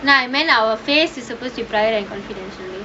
ah our faces is supposed to be confidence okay